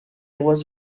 was